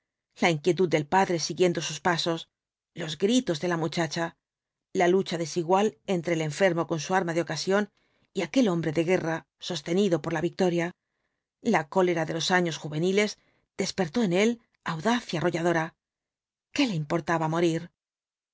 la inquietud del padre siguiendo sus pasos los gritos de la muchacha la lucha desigual entre el enfermo con su arma de ocasión y aquel hombre de guerra sostenido por la victoria la cólera de los años juveniles despertó en él audaz y arrolladora qué le importaba morir